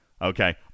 Okay